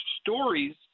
stories